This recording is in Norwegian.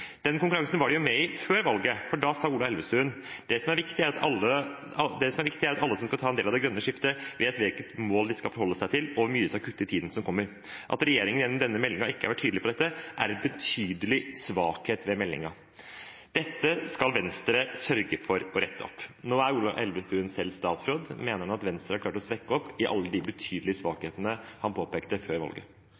Den konkurransen var de med i før valget, for da sa Ola Elvestuen: «Det er viktig at alle som skal ta en del av det grønne skiftet, vet hvilket mål de skal forholde seg til, og hvor mye de skal kutte i tiden som kommer. At regjeringen ikke har vært tydelig på dette, er en betydelig svakhet ved meldingen. Dette må Venstre sørge for å rette opp.» Nå er Ola Elvestuen selv statsråd. Mener han at Venstre har klart å rette opp alle de